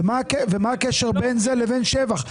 ומה הקשר בין לזה לבין שבח?